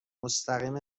مستقیم